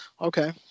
Okay